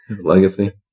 Legacy